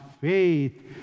faith